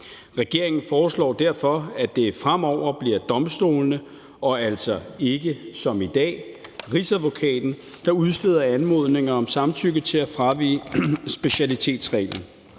Regeringen foreslår derfor, at det fremover bliver domstolene og altså ikke som i dag Rigsadvokaten, der udsteder anmodninger om samtykke til at fravige specialitetsreglen.